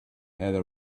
heather